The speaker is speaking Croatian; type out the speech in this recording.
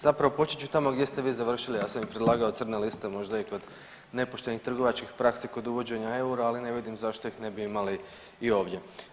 Zapravo počet ću tamo gdje ste vi završili, ja sam predlagao crne liste možda i kod nepoštenih trgovačkih praksi, kod uvođenja eura, ali ne vidim zašto ih ne bi imali i ovdje.